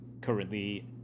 currently